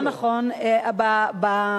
זה לא נכון בעליל.